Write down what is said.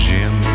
Jim